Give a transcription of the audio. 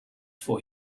for